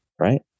right